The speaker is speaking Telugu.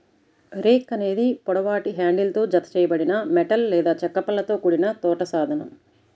రేక్ అనేది పొడవాటి హ్యాండిల్తో జతచేయబడిన మెటల్ లేదా చెక్క పళ్ళతో కూడిన తోట సాధనం